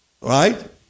right